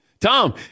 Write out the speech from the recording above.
Tom